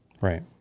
Right